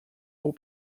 pour